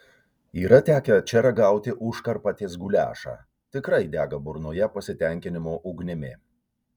yra tekę čia ragauti užkarpatės guliašą tikrai dega burnoje pasitenkinimo ugnimi